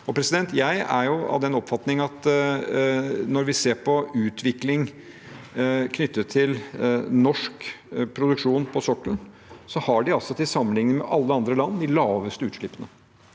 som teller. Jeg er av den oppfatning at når vi ser på utvikling knyttet til norsk produksjon på sokkelen, har de altså – til sammenligning med alle andre land – de laveste utslippene,